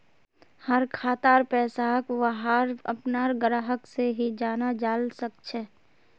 हर खातार पैसाक वहार अपनार ग्राहक से ही जाना जाल सकछे